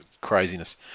Craziness